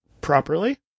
properly